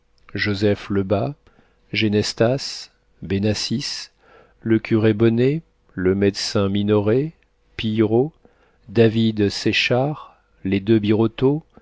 joseph lebas genestas benassis le curé bonnet le médecin minoret pillerault david séchard les deux birotteau